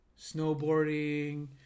snowboarding